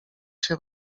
się